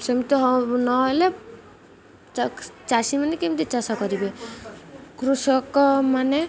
ସେମିତି ନହେଲେ ଚାଷୀମାନେ କେମିତି ଚାଷ କରିବେ କୃଷକମାନେ